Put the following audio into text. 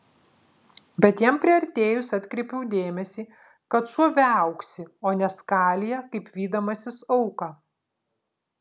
bet jam priartėjus atkreipiau dėmesį kad šuo viauksi o ne skalija kaip vydamasis auką